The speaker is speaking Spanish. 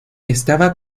estaba